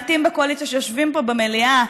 המעטים בקואליציה שיושבים פה במליאה,